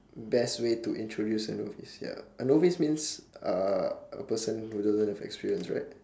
best way to introduce a novice ya a novice mean uh a person who doesn't have experience right